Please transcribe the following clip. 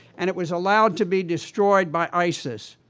and it was allowed to be destroyed by isis.